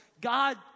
God